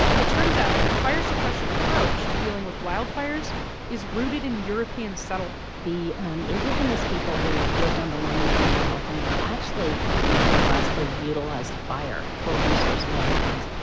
it turns out, the fire suppression approach to dealing with wildfires is rooted in european settlement the indigenous people who lived on the land here in california actually pretty robustly utilized fire for resource management.